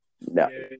No